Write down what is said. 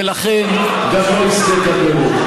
ולכן גם לא יזכה כאן לרוב.